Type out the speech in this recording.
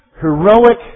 Heroic